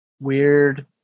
weird